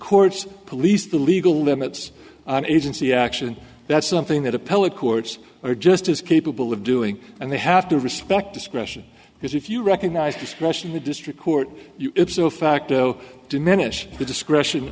courts police the legal limits agency action that's something that appellate courts are just as capable of doing and they have to respect discretion because if you recognize discretion the district court facto diminish the discretion